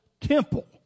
temple